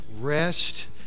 rest